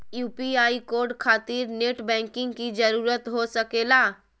UPI code खातिर net banking की जरूरत हो सके ला?